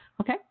Okay